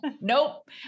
nope